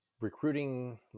recruiting